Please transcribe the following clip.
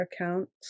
accounts